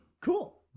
cool